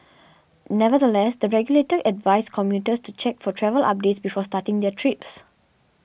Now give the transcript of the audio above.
nevertheless the regulator advised commuters to check for travel updates before starting their trips